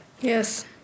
Yes